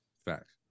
Facts